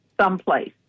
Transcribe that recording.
someplace